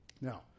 Now